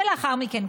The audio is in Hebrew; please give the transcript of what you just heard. לאחר מכן,